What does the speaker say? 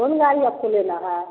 कौन गाड़ी आपको लेना है